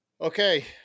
okay